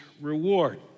reward